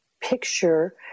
picture